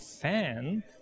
fan